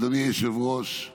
אדוני היושב-ראש,